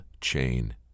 chain